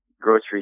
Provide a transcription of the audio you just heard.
grocery